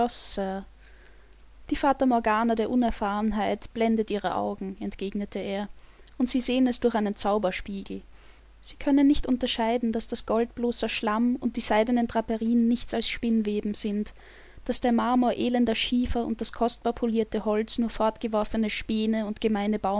die fata morgana der unerfahrenheit blendet ihre augen entgegnete er und sie sehen es durch einen zauberspiegel sie können nicht unterscheiden daß das gold bloßer schlamm und die seidenen draperien nichts als spinnweben sind daß der marmor elender schiefer und das kostbar polierte holz nur fortgeworfene späne und